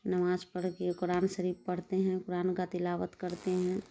نماز پڑھ کے قرآن شریف پڑھتے ہیں قرآن کا تلاوت کرتے ہیں